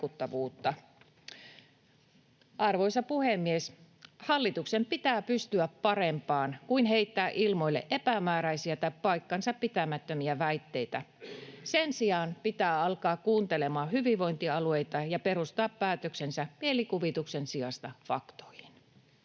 Arvoisa puhemies! Hallituksen pitää pystyä parempaan kuin heittää ilmoille epämääräisiä tai paikkansapitämättömiä väitteitä. Sen sijaan pitää alkaa kuuntelemaan hyvinvointialueita ja perustaa päätöksensä mielikuvituksen sijasta faktoihin.